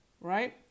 right